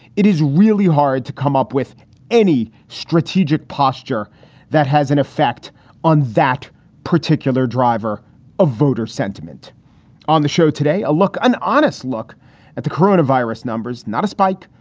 it is really hard to come up with any strategic posture that has an effect on that particular driver of voter sentiment on the show today. a look. an honest look at the corona virus numbers. not a spike,